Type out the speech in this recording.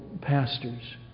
pastors